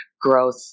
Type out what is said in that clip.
growth